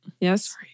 Yes